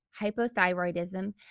hypothyroidism